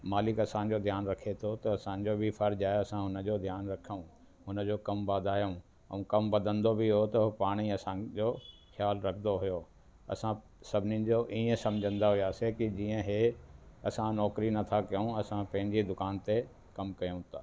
मालिक असांजो ध्यान रखे थो त असांजो बि फ़र्ज़ु आहे असां हुन जो ध्यानु रखूं हुन जो कमु वाधायूं ऐं कमु वधंदो बि हो त हू पाण ई असां जो ख़्यालु रखंदो हुयो असां सभिनीनि जो ईअं समुझंदा हुयासीं के जीअं हे असां नौकरी नथा कयूं असां पंहिंजे दुकान ते कमु कयूं था